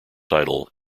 title